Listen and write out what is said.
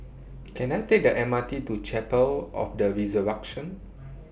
Can I Take The M R T to Chapel of The Resurrection